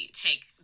take